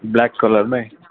black कलरमै